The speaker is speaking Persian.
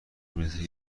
میرسه